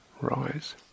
rise